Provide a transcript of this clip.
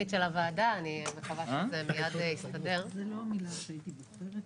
וכמובן שזה רק בסיס לכל שאלות שיהיו לפורום הזה.